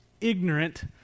ignorant